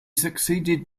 succeeded